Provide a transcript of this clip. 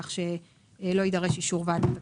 כך שלא יידרש אישור ועדת הכספים.